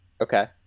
Okay